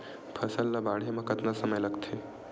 फसल ला बाढ़े मा कतना समय लगथे?